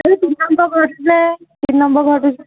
এইযে তিনি নম্বৰ ঘৰটো যে